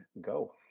go